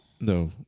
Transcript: No